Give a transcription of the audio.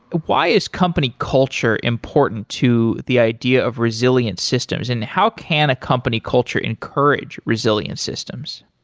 why is company culture important to the idea of resilient systems and how can a company culture encourage resilient systems?